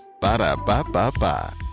Ba-da-ba-ba-ba